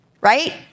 right